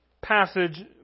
passage